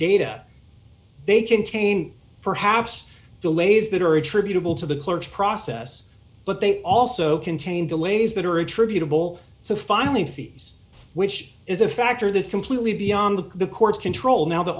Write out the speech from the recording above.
data they contain perhaps delays that are attributable to the clerks process but they also contain delays that are attributable to finally fees which is a factor that's completely beyond the court's control now the